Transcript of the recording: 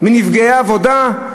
מנפגעי עבודה,